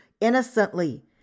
innocently